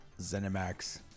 ZeniMax